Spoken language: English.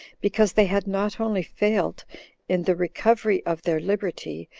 because they had not only failed in the recovery of their liberty,